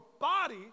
body